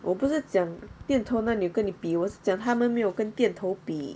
我不是讲店头哪里有跟你比我是讲他们没有跟电头比